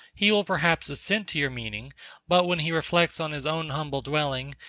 he will perhaps assent to your meaning but when he reflects on his own humble dwelling,